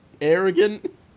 arrogant